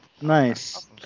Nice